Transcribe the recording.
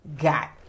got